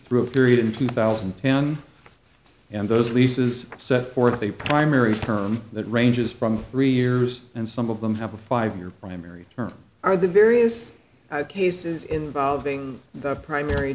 through period in two thousand and ten and those leases set forth a primary term that ranges from three years and some of them have a five year primary term are the various cases involving the primary